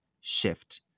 shift